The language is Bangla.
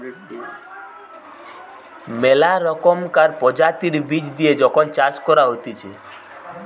মেলা রকমকার প্রজাতির বীজ দিয়ে যখন চাষ করা হতিছে